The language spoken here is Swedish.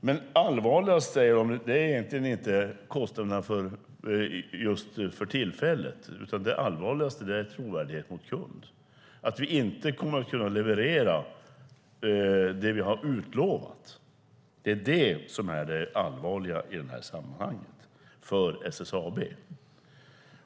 Det allvarligaste är inte de tillfälliga kostnaderna utan trovärdigheten mot kunderna, att man inte kan leverera det som har utlovats. Det är det allvarligaste för SSAB.